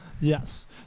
Yes